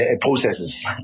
processes